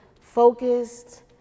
focused